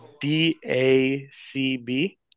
D-A-C-B